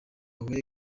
huye